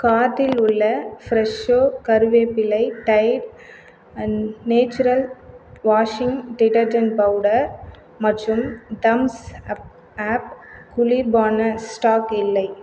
கார்ட்டில் உள்ள ஃப்ரெஷ்ஷோ கறிவேப்பிலை Tide and natural washing detergent powder மற்றும் தம்ஸ் அப் ஆப் குளிர்பான ஸ்டாக் இல்லை